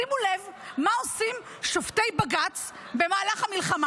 שימו לב מה עושים שופטי בג"ץ במהלך המלחמה.